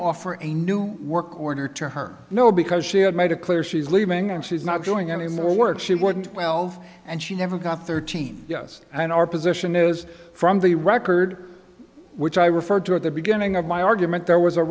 offer a new work order to her no because she had made it clear she's leaving and she's not doing any more work she wouldn't well and she never got thirteen yes and our position is from the record which i referred to at the beginning of my argument there was a